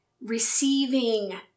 receiving